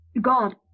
God